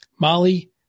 Molly